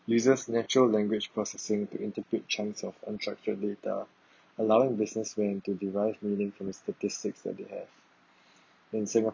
uses natural language processing to interpret chance of unstructured data allowing businessmen to derive meaning from its statistics that they have in singapore